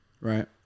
Right